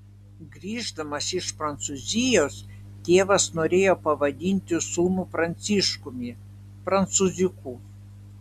grįždamas iš prancūzijos tėvas norėjo pavadinti sūnų pranciškumi prancūziuku